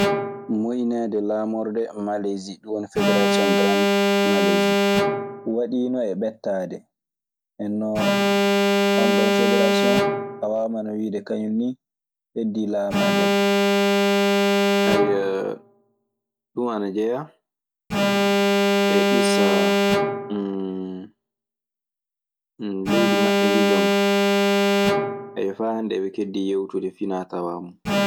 Moyineɗe lamorɗe malesi du woni federation garabde malesi. Waɗiino e ɓettaade. Nden non, oon ɗon federasiyon tawaama ana wiide kañun nii heddii laamaadeɓe. Ɗun ana jeyaa e issa leydi maɓɓe ndii jonka. Ayyoo, faa hannde eɓe keddii yewtude finatawaa mun.